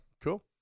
cool